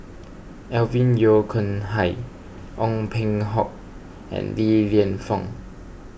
Alvin Yeo Khirn Hai Ong Peng Hock and Li Lienfung